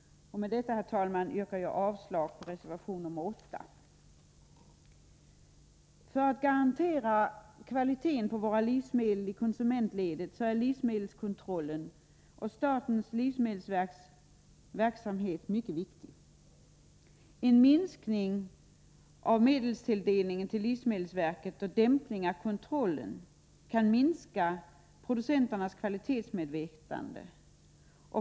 Med detta, herr talman, yrkar jag avslag på reservation nr 8. För att garantera kvaliteten på våra livsmedel i konsumentledet är livsmedelskontrollen och statens livsmedelsverks verksamhet mycket viktiga. En minskning av medelstilldelningen till livsmedelsverket och dämpning av kontrollen kan minska producenternas kvalitetsmedvetande.